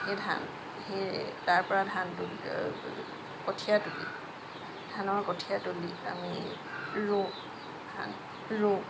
সেই ধান সেই তাৰ পৰা ধানটো কঠীয়া তুলি ধানৰ কঠীয়া তুলি আমি ৰুওঁ হা ৰুওঁ